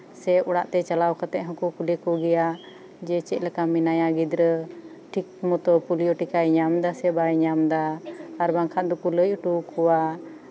ᱥᱮ ᱚᱲᱟᱜ ᱛᱮ ᱪᱟᱞᱟᱣ ᱠᱟᱛᱮ ᱦᱚᱸᱠᱚ ᱠᱩᱞᱤ ᱠᱚᱜᱮᱭᱟ ᱡᱮ ᱪᱮᱫ ᱞᱮᱠᱟ ᱢᱮᱱᱟᱭᱟ ᱜᱤᱫᱽᱨᱟᱹ ᱴᱷᱤᱠ ᱚᱛᱚ ᱯᱳᱞᱤᱭᱳ ᱴᱤᱠᱟᱭ ᱧᱟᱢ ᱫᱟᱥᱮ ᱵᱟᱭ ᱧᱟᱢ ᱫᱟ ᱟᱨ ᱵᱟᱝᱠᱷᱟᱱ ᱫᱚᱠᱚ ᱞᱟᱹᱭ ᱦᱚᱴᱚᱣᱟᱠᱚᱣᱟ ᱟᱨ ᱠᱚ ᱢᱮᱛᱟᱣᱟᱠᱚᱣᱟ